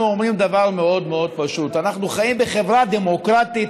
אנחנו אומרים דבר מאוד מאוד פשוט: אנחנו חיים בחברה דמוקרטית,